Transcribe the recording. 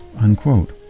unquote